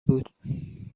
بود